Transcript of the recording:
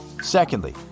Secondly